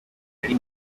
nari